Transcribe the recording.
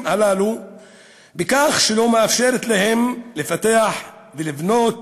הללו בכך שהיא לא מאפשרת להם לפתח ולבנות,